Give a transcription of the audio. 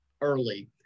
early